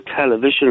television